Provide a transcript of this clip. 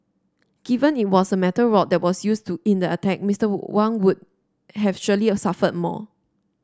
given it was a metal rod that was used to in the attack Mister Wang would have surely a suffered more